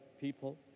people